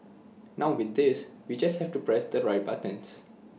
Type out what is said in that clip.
now with this we just have to press the right buttons